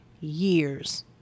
years